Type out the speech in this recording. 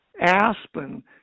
Aspen